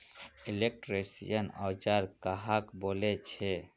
Electrician औजार कहाक बोले छे?